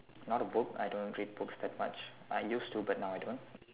not a book I don't read books that much I used to but now I don't